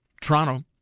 Toronto